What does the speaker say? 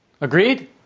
Agreed